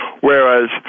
whereas